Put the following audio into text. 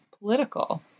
political